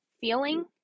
feeling